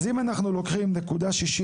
אז אם אנחנו לוקחים 0.61,